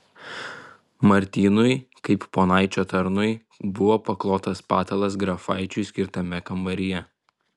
martynui kaip ponaičio tarnui buvo paklotas patalas grafaičiui skirtame kambaryje